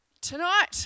Tonight